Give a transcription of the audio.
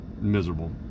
miserable